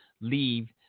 leave